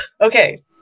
Okay